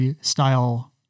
style